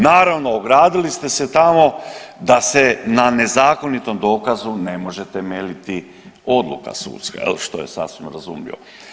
Naravno, ogradili ste se tamo da se na nezakonitom dokazu ne može temeljiti odluka sudska, je li, što je sasvim razumljivo.